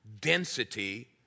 density